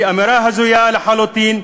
היא אמירה הזויה לחלוטין,